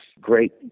great